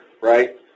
right